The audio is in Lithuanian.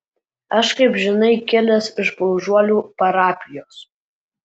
aš kaip žinai kilęs iš paužuolių parapijos